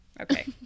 Okay